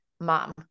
mom